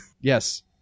Yes